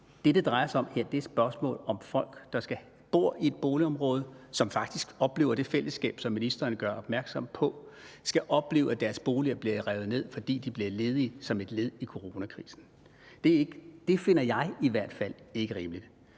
Det, det drejer sig om her, er et spørgsmål om, om folk, der bor i et boligområde, og som faktisk oplever det fællesskab, som ministeren gør opmærksom på, skal opleve, at deres boliger bliver revet ned, fordi de folk bliver ledige som et led i coronakrisen. Det finder jeg i hvert fald ikke rimeligt.